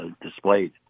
displayed